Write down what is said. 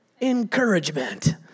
Encouragement